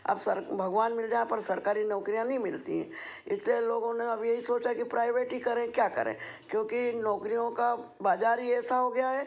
अब सर भगवान मिल जाएं पर सरकारी नौकरियाँ नहीं मिलती हैं इतने लोगों ने अब यही सोचा कि प्राइवेट ही करें क्या करें क्योंकि नौकरियों का बाजार ही ऐसा हो गया है